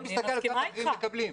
לא מסתכל על כמה אחרים מקבלים.